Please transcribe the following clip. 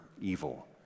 evil